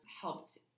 helped